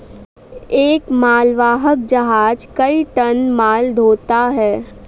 एक मालवाहक जहाज कई टन माल ढ़ोता है